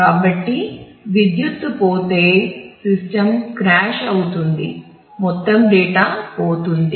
cache అవుతుంది మొత్తం data పోతుంది